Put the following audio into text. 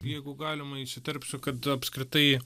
jeigu galima įsiterpsiu kad apskritai